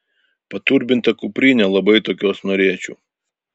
paturbinta kuprinė labai tokios norėčiau